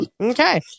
Okay